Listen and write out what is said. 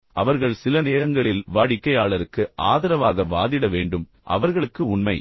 எனவே அவர்கள் சில நேரங்களில் வாடிக்கையாளருக்கு ஆதரவாக வாதிட வேண்டும் ஆனால் அவர்களுக்கு உண்மை